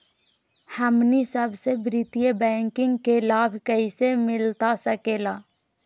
हमनी सबके वित्तीय बैंकिंग के लाभ कैसे मिलता सके ला?